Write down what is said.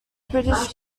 british